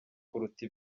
kuruta